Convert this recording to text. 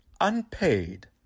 Unpaid